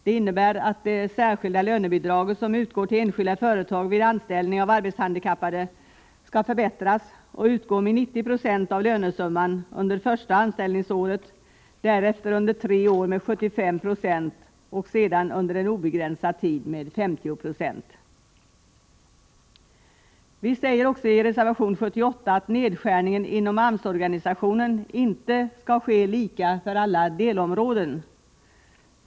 Det innebär att det särskilda lönebidrag som utgår till enskilda företag vid anställning av arbetshandikappade skall förbättras och utgå med 90 4 av lönesumman under första anställningsåret, därefter under tre år med 75 Z och sedan under obegränsad tid med 50 Z£. Vi säger också i reservation 78 att nedskärningen inom AMS-organisationen inte skall ske lika för alla delområden.